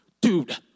dude